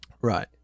Right